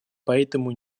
поэтому